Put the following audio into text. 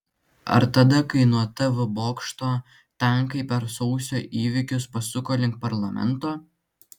ar tada kai nuo tv bokšto tankai per sausio įvykius pasuko link parlamento